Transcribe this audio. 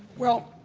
well,